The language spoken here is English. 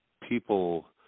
People